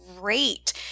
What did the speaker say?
great